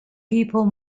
people